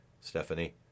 Stephanie